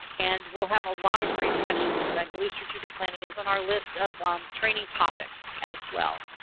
and we'll have a lot of great sessions. i believe strategic planning is on our list of training topics as well.